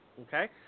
Okay